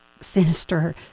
sinister